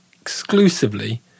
exclusively